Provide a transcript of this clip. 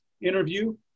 interview